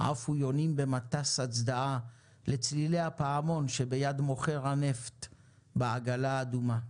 עפו יונים במטס הצדעה לצלילי הפעמון שביד מוכר הנפט בעגלה האדומה.